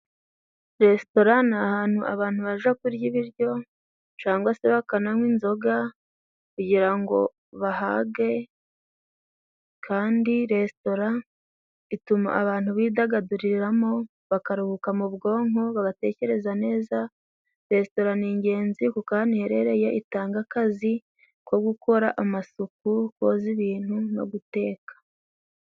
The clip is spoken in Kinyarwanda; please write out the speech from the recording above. Resitora ni ahantu abantu baja kurya ibiryo cangwa se bakananywa inzoga kugira ngo bahage, kandi resitora ituma abantu bidagaduriramo bakaruhuka mu bwonko bagatekereza neza. Resitora ni ingenzi kuko ahantu iherere itanga akazi ko gukora amasuku, koza ibintu no guteka.